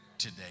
today